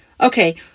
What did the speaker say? Okay